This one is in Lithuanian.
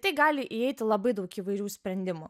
tai gali įeiti labai daug įvairių sprendimų